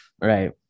Right